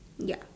ya